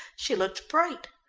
she looked bright.